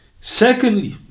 Secondly